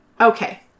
Okay